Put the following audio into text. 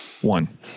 one